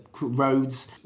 roads